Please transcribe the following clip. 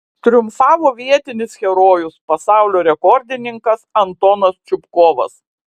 triumfavo vietinis herojus pasaulio rekordininkas antonas čupkovas